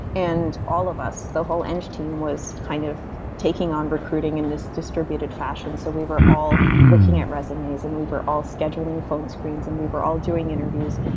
and all of us, the whole engg team was kind of taking on recruiting in this distributed fashion, so we were all looking at resumes and we were all scheduling phone screens and we were all doing interviews.